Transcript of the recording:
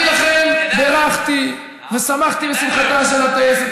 לכן, בירכתי ושמחתי בשמחתה של הטייסת,